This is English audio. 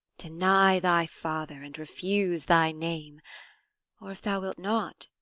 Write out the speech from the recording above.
deny thy father and refuse thy name or, if thou wilt not,